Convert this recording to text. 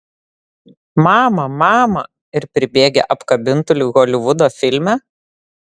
mama mama ir pribėgę apkabintų lyg holivudo filme